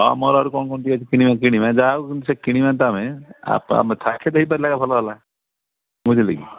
ହଁ ମୋର ଆଡ଼ରୁ କ'ଣ କ'ଣ ଟିକେ କିଣିବେ କିଣିବେ ଯା ହଉ ସେ କିଣିବେ ତ ଆମେ ଆମେ ଥାକେ ଦେଇପାରିଲେ ଭଲ ହେଲା ବୁଝିଲେ କି